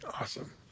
Awesome